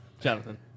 Jonathan